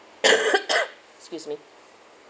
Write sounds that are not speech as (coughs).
(coughs) excuse me (breath)